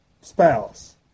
spouse